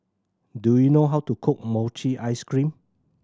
do you know how to cook mochi ice cream